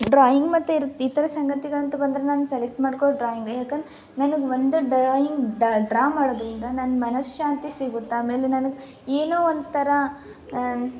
drawing ಮತ್ತು ಇತ್ರೆ ಈ ಥರ ಸಂಗತಿಗಳಂತ ಬಂದರೆ ನಾನು ಸೆಲೆಕ್ಟ್ ಮಾಡ್ಕೊಳೋದು ಡ್ರಾಯಿಂಗೆ ಯಾಕಂದ್ರೆ ನನಗೆ ಒಂದೇ ಡ್ರಾಯಿಂಗ್ ಡ ಡ್ರಾ ಮಾಡೋದರಿಂದ ನನ್ನ ಮನಃಶಾಂತಿ ಸಿಗುತ್ತೆ ಆಮೇಲೆ ನಾನು ಏನೋ ಒಂಥರ